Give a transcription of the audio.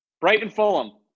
Brighton-Fulham